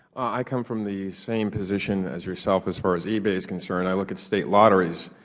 i come from the same position as yourself as far as ebay is concerned. i look at state lotteries.